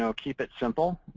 so keep it simple,